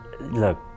look